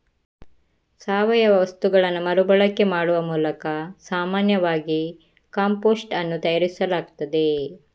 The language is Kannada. ಸಾವಯವ ವಸ್ತುಗಳನ್ನ ಮರು ಬಳಕೆ ಮಾಡುವ ಮೂಲಕ ಸಾಮಾನ್ಯವಾಗಿ ಕಾಂಪೋಸ್ಟ್ ಅನ್ನು ತಯಾರಿಸಲಾಗ್ತದೆ